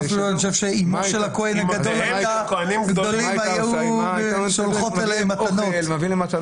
אימו של הכהן הגדול הייתה שולחת להם מתנות